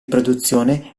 produzione